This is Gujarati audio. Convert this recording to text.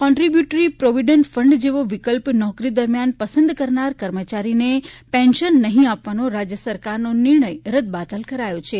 કોન્ટ્રીબ્યુટરી પ્રોવિડન્ટ ફંડ જેવો વિકલ્પ નોકરી દરમ્યાન પસંદ કરનાર કર્મચારીને પેન્શન નહિં આપવાનો રાજ્ય સરકારનો નિર્ણય રદબાતલ કરાયો છે